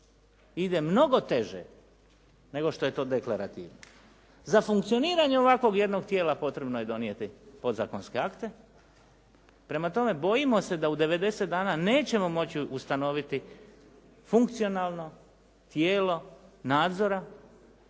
ide mnogo teže nego što je to deklarativno. Za funkcioniranje ovakvog jednog tijela potrebno je donijeti podzakonske akte. Prema tome bojimo se da u 90 dana nećemo moći ustanoviti funkcionalno tijelo nadzora